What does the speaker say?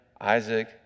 Isaac